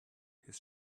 his